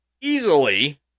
easily